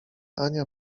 ania